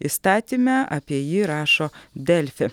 įstatyme apie jį rašo delfi